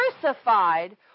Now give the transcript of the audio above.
crucified